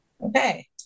Okay